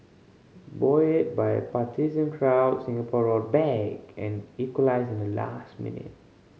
buoyed by a partisan crowd Singapore roared back and equalised in the last minute